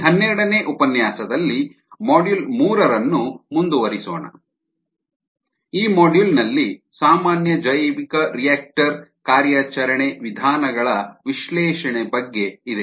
ಈ ಹನ್ನೆರಡನೇ ಉಪನ್ಯಾಸದಲ್ಲಿ ಮಾಡ್ಯೂಲ್ ಮೂರು ಅನ್ನು ಮುಂದುವರಿಸೋಣ ಈ ಮಾಡ್ಯೂಲ್ನಲ್ಲಿ ಸಾಮಾನ್ಯ ಜೈವಿಕರಿಯಾಕ್ಟರ್ ಕಾರ್ಯಾಚರಣೆ ವಿಧಾನಗಳ ವಿಶ್ಲೇಷಣೆ ಬಗ್ಗೆ ಇದೆ